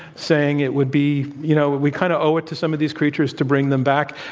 saying it would be, you know we kind of owe it to some of these creatures to bring them back.